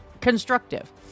constructive